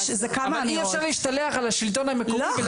אבל אי אפשר להשתלח על השלטון המקומי ולהגיד --- לא,